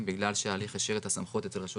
בגלל שההליך השאיר את הסמכות אצל רשות